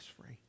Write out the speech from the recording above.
free